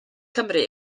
cymru